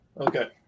okay